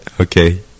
Okay